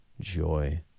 joy